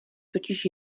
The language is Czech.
totiž